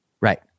Right